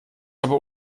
aber